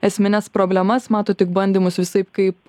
esmines problemas mato tik bandymus visaip kaip